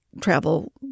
travel